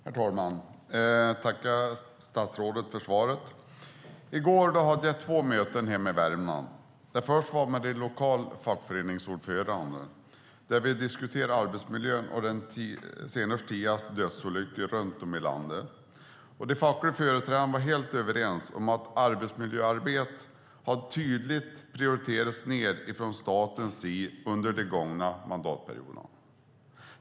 Herr talman! Jag tackar statsrådet för svaret. I går hade jag två möten hemma i Värmland. Det första var med lokala fackföreningsordförande då vi diskuterade arbetsmiljön och den senaste tidens dödsolyckor runt om i landet. De fackliga företrädarna var helt överens om att arbetsmiljöarbetet tydligt har prioriterats ned från statens sida under de gångna mandatperioderna.